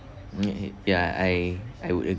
mm ya I I would